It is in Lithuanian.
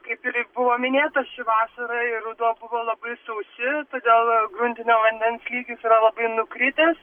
kaip iri buvo minėta ši vasara ir ruduo buvo labai sausi todėl gruntinio vandens lygis yra labai nukritęs